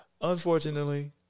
unfortunately